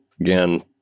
again